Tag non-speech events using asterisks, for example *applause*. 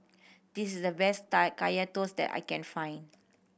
this is the best *unintelligible* Kaya Toast that I can find